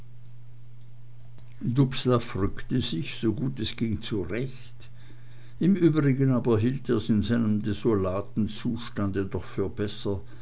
rückte sich so gut es ging zurecht im übrigen aber hielt er's in seinem desolaten zustande doch für besser